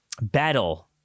battle